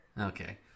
Okay